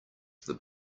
that